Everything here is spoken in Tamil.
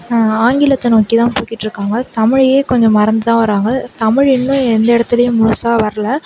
ஆங்கிலத்தை நோக்கி தான் போகிட்ருக்காங்க தமிழையே கொஞ்சம் மறந்து தான் வராங்க தமிழ் இன்னும் எந்த இடத்துலியும் முழுசாக வரல